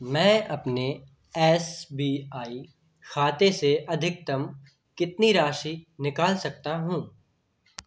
मैं अपने S B I खाते से अधिकतम कितनी राशि निकाल सकता हूँ